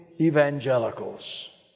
evangelicals